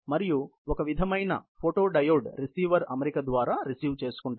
మరియు ఒక విధమైన ఫోటో డయోడ్ రిసీవర్ అమరిక ద్వారా రిసీవ్ చేసుకుంటారు